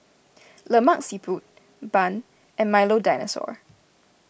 Lemak Siput Bun and Milo Dinosaur